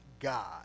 God